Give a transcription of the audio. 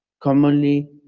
commonly,